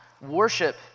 Worship